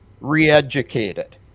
re-educated